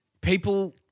people